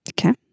Okay